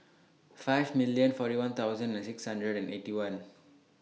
five million forty one thousand and six hundred and Eighty One